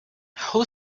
who